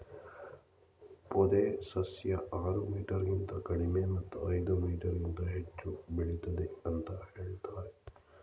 ಪೊದೆ ಸಸ್ಯ ಆರು ಮೀಟರ್ಗಿಂತ ಕಡಿಮೆ ಮತ್ತು ಐದು ಮೀಟರ್ಗಿಂತ ಹೆಚ್ಚು ಬೆಳಿತದೆ ಅಂತ ಹೇಳ್ತರೆ